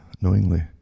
knowingly